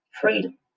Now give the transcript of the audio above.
freedom